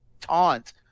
taunt